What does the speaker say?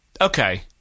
Okay